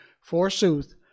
forsooth